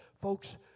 Folks